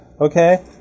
okay